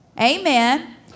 Amen